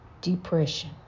Depression